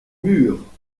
murs